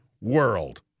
world